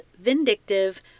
vindictive